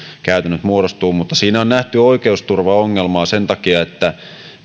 käytännöt muodostuvat mutta siinä on nähty oikeusturvaongelmaa sen takia että